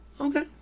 okay